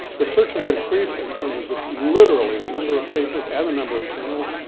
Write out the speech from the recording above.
research has increased in terms of just literally the number of papers and the number of journals.